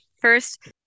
First